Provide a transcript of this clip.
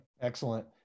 Excellent